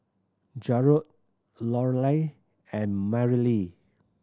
Jarod Lorelei and Merrilee